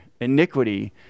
iniquity